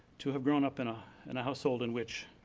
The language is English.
to have grown up in a and household in which